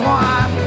one